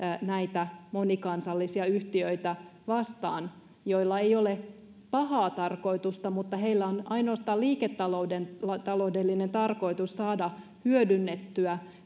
näitä monikansallisia yhtiöitä vastaan joilla ei ole pahaa tarkoitusta mutta joilla on ainoastaan liiketaloudellinen tarkoitus saada hyödynnettyä